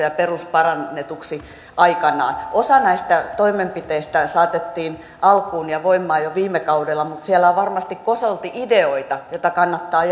ja perusparannetuiksi aikanaan osa näistä toimenpiteistä saatettiin alkuun ja voimaan jo viime kaudella mutta siellä on varmasti kosolti ideoita joita kannattaa